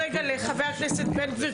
חבר הכנסת בן גביר,